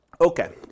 Okay